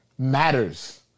matters